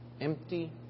empty